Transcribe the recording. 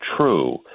true